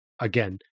again